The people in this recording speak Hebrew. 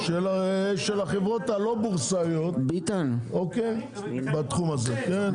של החברות הלא בורסאיות בתחום הזה.